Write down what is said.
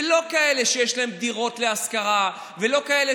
ולא כאלה שיש להם דירות להשכרה ולא כאלה